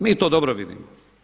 Mi to dobro vidimo.